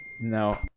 No